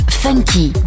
funky